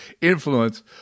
influence